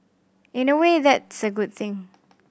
in a way that's a good thing